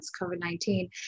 COVID-19